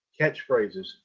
catchphrases